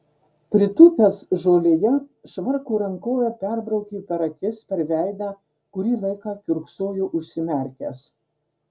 pritūpęs žolėje švarko rankove perbraukė per akis per veidą kurį laiką kiurksojo užsimerkęs